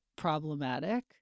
problematic